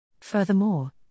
Furthermore